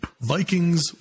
Vikings